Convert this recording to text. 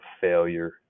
failure